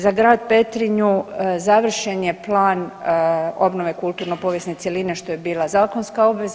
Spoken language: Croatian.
Za grad Petrinju završen je plan obnove kulturno povijesne cjeline što je bila zakonska obveza.